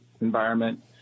environment